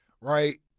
right